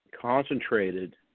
concentrated